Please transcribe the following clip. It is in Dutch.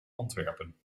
antwerpen